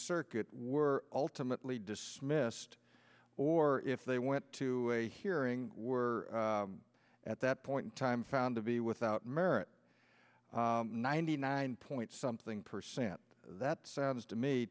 circuit were ultimately dismissed or if they went to a hearing were at that point in time found to be without merit ninety nine point something percent that sounds to me